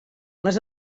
les